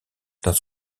dans